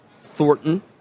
Thornton